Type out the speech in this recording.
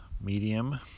Medium